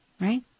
Right